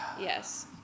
Yes